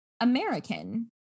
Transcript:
American